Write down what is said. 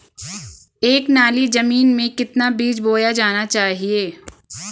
एक नाली जमीन में कितना बीज बोया जाना चाहिए?